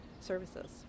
services